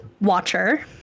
Watcher